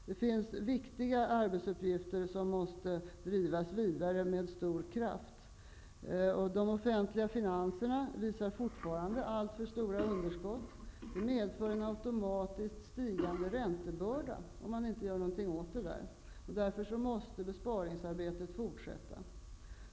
Det finns viktiga arbetsuppgifter som måste drivas vidare med stor kraft. De offentliga finanserna visar fortfarande alltför stora underskott. Om inget görs åt det medför det en automatiskt stigande räntebörda. Därför måste besparingsarbetet fortsätta.